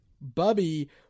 Bubby